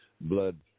blood